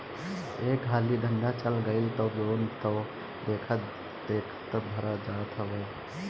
एक हाली धंधा चल गईल तअ लोन तअ देखते देखत भरा जात हवे